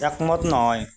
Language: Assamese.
একমত নহয়